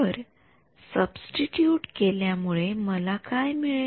तर सब्स्टिटूट केल्यामुळे मला काय मिळेल